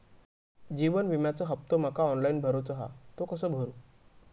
जीवन विम्याचो हफ्तो माका ऑनलाइन भरूचो हा तो कसो भरू?